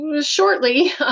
shortly